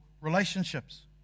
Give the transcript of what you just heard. relationships